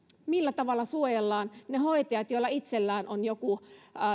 millä tavalla suojellaan ne hoitajat joilla itsellään on joku